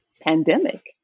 pandemic